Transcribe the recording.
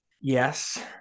Yes